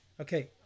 okay